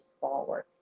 forward